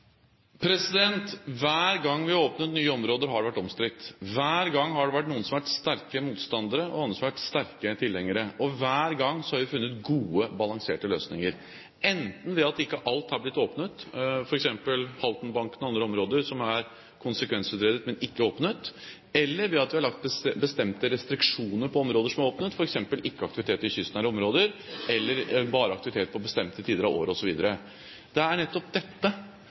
Hver gang vi har åpnet nye områder, har det vært omstridt. Hver gang har det vært noen som har vært sterke motstandere, og andre som har vært sterke tilhengere, og hver gang har vi funnet gode, balanserte løsninger, enten ved at ikke alt er blitt åpnet, f.eks. Haltenbanken og andre områder som er konsekvensutredet, men ikke åpnet, eller ved at vi har lagt bestemte restriksjoner på områder som er åpnet, f.eks. ved ikke å ha aktivitet i kystnære områder eller bare aktivitet på bestemte tider av året, osv. Det er nettopp dette